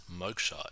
mugshot